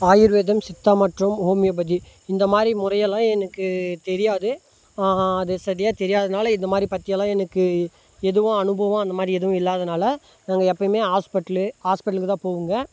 ஆயுர்வேதம் சித்தா மற்றும் ஹோமியோபதி இந்த மாதிரி முறையெல்லாம் எனக்கு தெரியாது அது சரியாக தெரியாதனால் இதுமாதிரி பற்றியெல்லாம் எனக்கு எதுவும் அனுபவம் அந்த மாதிரி எதுவும் இல்லாதனால் நாங்கள் எப்போயுமே ஹாஸ்பிட்டலு ஹாஸ்பெட்டளுக்கு தான் போவங்க